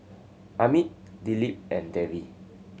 Amit Dilip and Devi